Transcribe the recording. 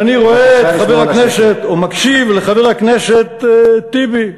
כשאני רואה את חבר הכנסת או מקשיב לחבר הכנסת טיבי,